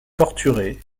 torturé